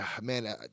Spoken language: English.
man